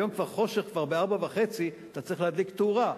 היום כבר חושך בשעה 16:30, אתה צריך להדליק תאורה.